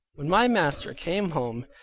when my master came home,